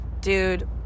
Dude